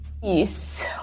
Peace